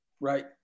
Right